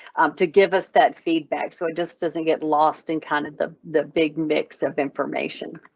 to give us that feedback so it just doesn't get lost in kind of the the big mix of information.